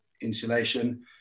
insulation